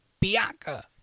Bianca